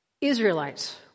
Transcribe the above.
Israelites